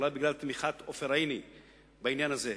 אולי בגלל תמיכת עופר עיני בעניין הזה,